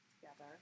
together